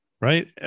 Right